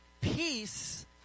Peace